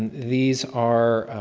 and these are